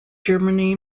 germany